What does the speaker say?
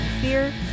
fear